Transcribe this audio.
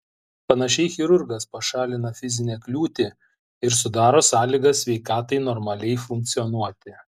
panašiai chirurgas pašalina fizinę kliūtį ir sudaro sąlygas sveikatai normaliai funkcionuoti